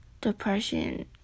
depression